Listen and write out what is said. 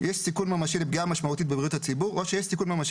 יש סיכון ממשי לפגיעה משמעותית בבריאות הציבור או שיש סיכון ממשי